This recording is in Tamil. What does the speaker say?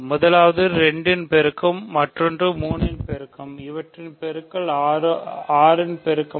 முதலாவது 2 இன் பெருக்கம் மற்றொரு 3 இன் பெருக்கம் அவற்றின் பெருக்கல் 6 இன் பெருக்கம்